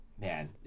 man